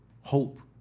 hope